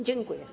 Dziękuję.